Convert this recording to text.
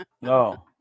No